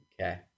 Okay